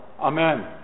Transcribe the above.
Amen